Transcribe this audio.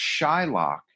Shylock